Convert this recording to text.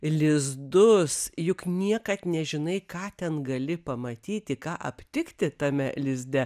lizdus juk niekad nežinai ką ten gali pamatyti ką aptikti tame lizde